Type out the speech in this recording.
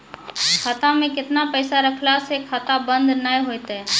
खाता मे केतना पैसा रखला से खाता बंद नैय होय तै?